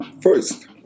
First